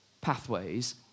pathways